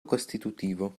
costitutivo